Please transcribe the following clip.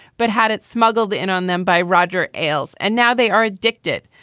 but had it smuggled in on them by roger ailes. and now they are addicted.